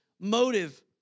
motive